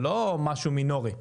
זה לא משהו מינורי.